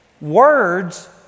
Words